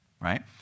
right